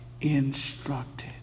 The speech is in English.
instructed